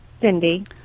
Cindy